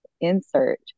insert